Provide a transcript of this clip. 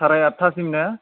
साराइआटासिम ना